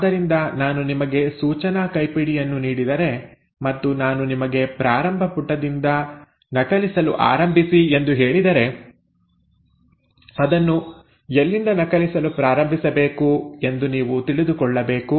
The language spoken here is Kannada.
ಆದ್ದರಿಂದ ನಾನು ನಿಮಗೆ ಸೂಚನಾ ಕೈಪಿಡಿಯನ್ನು ನೀಡಿದರೆ ಮತ್ತು ನಾನು ನಿಮಗೆ ಪ್ರಾರಂಭ ಪುಟದಿಂದ ನಕಲಿಸಲು ಆರಂಭಿಸಿ ಎಂದು ಹೇಳಿದರೆ ಅದನ್ನು ಎಲ್ಲಿಂದ ನಕಲಿಸಲು ಪ್ರಾರಂಭಿಸಬೇಕು ಎಂದು ನೀವು ತಿಳಿದುಕೊಳ್ಳಬೇಕು